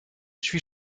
suis